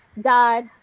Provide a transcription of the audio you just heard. God